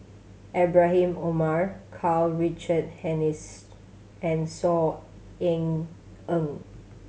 Ibrahim Omar Karl Richard Hanitsch and Saw Ean Ang